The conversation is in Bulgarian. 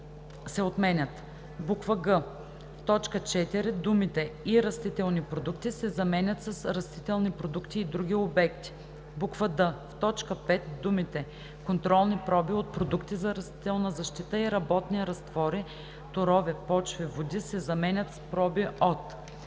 г) в т. 4 думите „и растителни продукти“ се заменят с „растителни продукти и други обекти“; д) в т. 5 думите „контролни проби от продукти за растителна защита и работни разтвори, торове, почви, води“ се заменят с „проби от“;